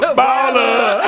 baller